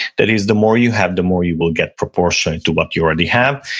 that is the more you have, the more you will get proportionate to what you already have.